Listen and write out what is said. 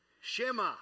Shema